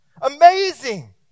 Amazing